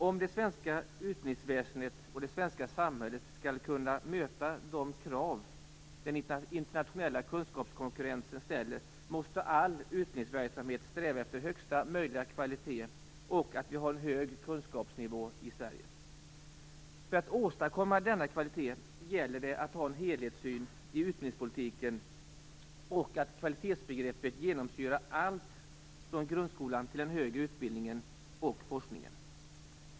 Om det svenska utbildningsväsendet och det svenska samhället skall kunna möta de krav som den internationella kunskapskonkurrensen ställer måste all utbildningsverksamhet sträva efter högsta möjliga kvalitet, och vi måste ha en hög kunskapsnivå i Sverige. För att man skall kunna åstadkomma denna kvalitet gäller det att man har en helhetssyn i utbildningspolitiken och att kvalitetsbegreppet genomsyrar allt från grundskolan till den högre utbildningen och forskningen.